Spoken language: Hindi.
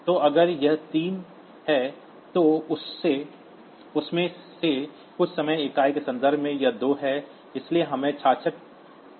तो अगर यह 3 है तो उसमें से कुछ समय इकाई के संदर्भ में यह 2 है इसलिए हमें 66 प्रतिशत का उपयोगिता अनुपात मिलता है